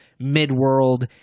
Midworld